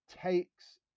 takes